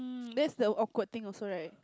hm that's the awkward thing also right